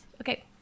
Okay